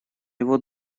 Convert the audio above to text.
его